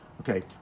Okay